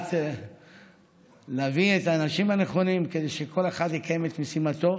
לדעת להביא את האנשים הנכונים כדי שכל אחד יקיים את משימתו.